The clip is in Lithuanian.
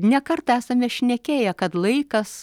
ne kartą esame šnekėję kad laikas